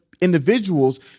individuals